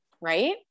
right